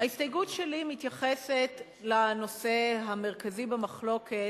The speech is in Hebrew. ההסתייגות שלי מתייחסת לנושא המרכזי במחלוקת,